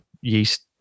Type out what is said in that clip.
yeast